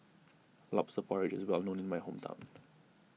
Lobster Porridge is well known in my hometown